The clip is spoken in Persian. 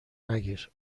نگیر